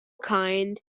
kind